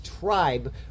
tribe